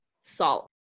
salt